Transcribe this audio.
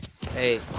Hey